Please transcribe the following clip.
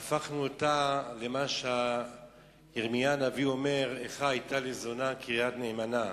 והפכנו אותה למה שירמיה הנביא אומר: איכה היתה לזונה קריה נאמנה.